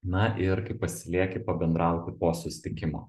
na ir kai pasilieki pabendrauti po susitikimo